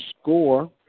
score